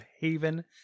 Haven